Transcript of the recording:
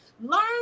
Learn